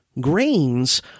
grains